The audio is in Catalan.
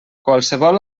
qualsevol